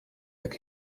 jak